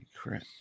crap